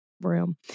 room